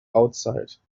outside